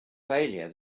failure